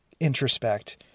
introspect